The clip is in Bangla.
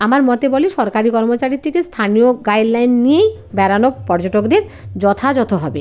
আমার মতে বলে সরকারি কর্মচারীর থেকে স্থানীয় গাইডলাইন নিয়েই বেড়ানো পর্যটকদের যথাযথ হবে